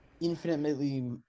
infinitely